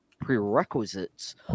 prerequisites